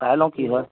চাই লওঁ কি হয়